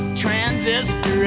transistor